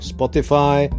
Spotify